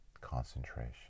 concentration